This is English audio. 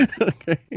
Okay